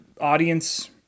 audience